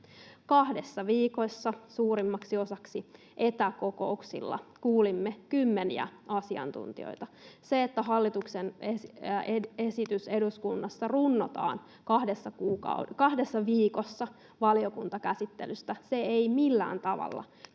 Kahdessa viikossa, suurimmaksi osaksi etäkokouksilla, kuulimme kymmeniä asiantuntijoita. Se, että hallituksen esitys eduskunnassa runnotaan kahdessa viikossa valiokuntakäsittelystä, ei millään tavalla kerro